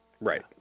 Right